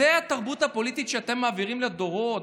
זאת התרבות הפוליטית שאתם מעבירים לדורות?